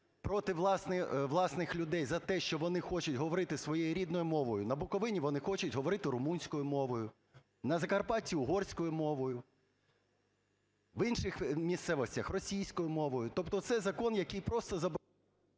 проти власних людей за те, що вони хочуть говорити своєю рідною мовою. На Буковині вони хочуть говорити румунською мовою, на Закарпатті – угорською мовою, в інших місцевостях – російською мовою. Тобто це закон, який просто…